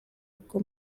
uko